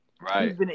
Right